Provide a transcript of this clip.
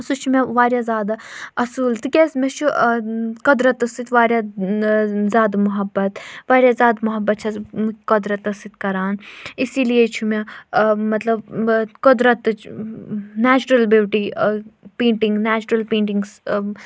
سُہ چھُ مےٚ واریاہ زیادٕ اَصۭل تِکیٛازِ مےٚ چھُ قۄدرَتَس سۭتۍ واریاہ زیادٕ محبت واریاہ زیادٕ محبت چھَس بہٕ قۄدرَتَس سۭتۍ کَران اِسی لیے چھُ مےٚ مطلب قۄدرَتٕچ natural beauty painting natural paintings